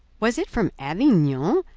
was it from avignon?